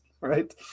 right